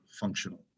functional